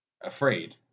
Afraid